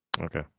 okay